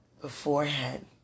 beforehand